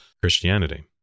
Christianity